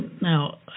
now